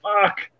fuck